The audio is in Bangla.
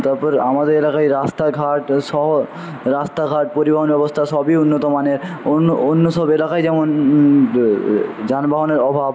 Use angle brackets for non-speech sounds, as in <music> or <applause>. তারপর আমাদের এলাকায় রাস্তাঘাটসহ রাস্তাঘাট পরিবহণ ব্যবস্থা সবই উন্নতমানের অন্য অন্য সব এলাকায় যেমন <unintelligible> যানবাহনের অভাব